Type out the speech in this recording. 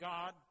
God